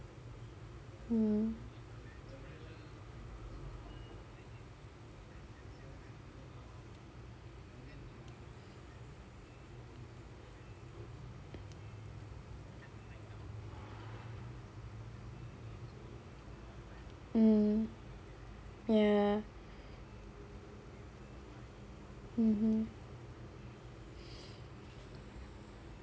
mm mm ya mmhmm